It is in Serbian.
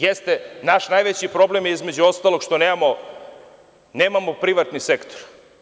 Jeste, naš najveći problem je, između ostalog, što nemamo privatni sektor.